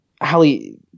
Hallie